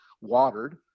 watered